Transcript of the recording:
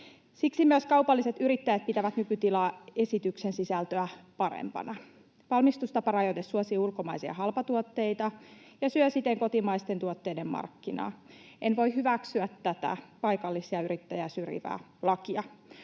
Siksi myös kaupalliset yrittäjät pitävät nykytilaa esityksen sisältöä parempana. Valmistustaparajoite suosii ulkomaisia halpatuotteita ja syö siten kotimaisten tuotteiden markkinaa. En voi hyväksyä tätä paikallisia yrittäjiä syrjivää lakia.